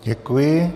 Děkuji.